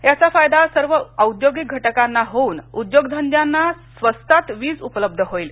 याचा फायदा सर्व औद्योगिक घटकाना होऊन उद्योगधंद्यांना स्वस्तात वीज उपलब्ध होईल